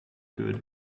good